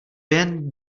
jen